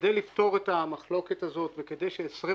כדי לפתור את המחלוקת הזאת וכדי ש-25